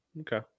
Okay